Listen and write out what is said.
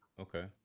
Okay